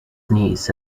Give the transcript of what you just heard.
knees